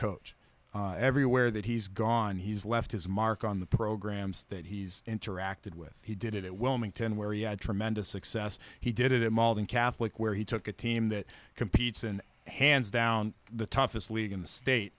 coach everywhere that he's gone he's left his mark on the programs that he's interacted with he did it well minton where he had tremendous success he did it in malden catholic where he took a team that competes and hands down the toughest league in the state